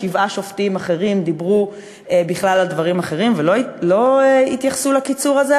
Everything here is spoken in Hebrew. ושבעה שופטים אחרים דיברו בכלל על דברים אחרים ולא התייחסו לקיצור הזה.